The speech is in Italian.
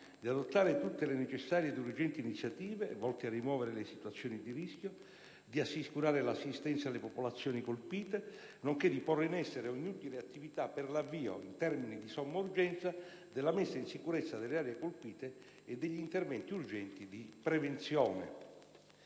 di adottare tutte le necessarie ed urgenti iniziative volte a rimuovere le situazioni di rischio, di assicurare l'assistenza alle popolazioni colpite, nonché di porre in essere ogni utile attività per l'avvio, in termini di somma urgenza, della messa in sicurezza delle aree colpite e degli interventi urgenti di prevenzione.